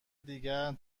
دیگر